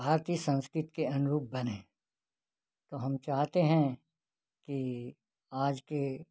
भारतीय संस्कृत के अनुरूप बने तो हम चाहते हैं कि आज के